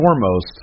foremost